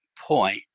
point